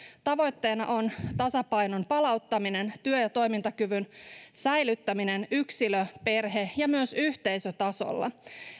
tavoitteena on tasapainon palauttaminen ja työ ja toimintakyvyn säilyttäminen yksilö perhe ja myös yhteisötasolla